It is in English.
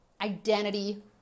identity